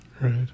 Right